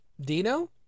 Dino